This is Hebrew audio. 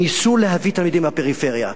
שניסו להביא תלמידים מהפריפריה.